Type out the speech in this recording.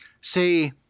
say